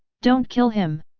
don't kill him!